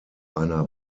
einer